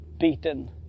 beaten